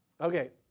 Okay